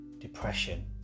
depression